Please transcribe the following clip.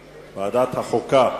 חוקה.